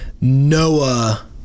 Noah